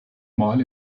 mal